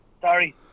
Sorry